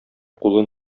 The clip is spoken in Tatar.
кулын